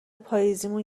پاییزیمون